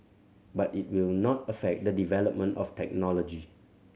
but it will not affect the development of technology